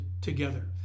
together